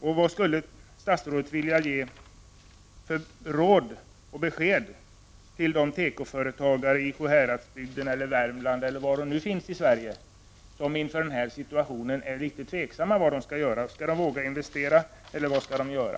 Vad skulle statsrådet vilja ge för råd och besked till de tekoföretagare i Sjuhäradsbygden, Värmland och på andra håll i landet som inför denna situation är tveksamma om vad de skall göra och om de t.ex. vågar investera?